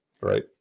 right